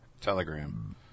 Telegram